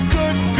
good